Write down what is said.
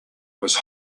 was